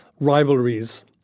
rivalries